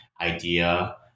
idea